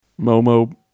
Momo